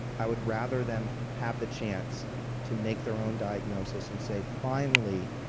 i would rather them have the chance to make their own diagnosis and say, finally,